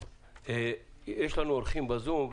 יש לנו אורחים ב"זום".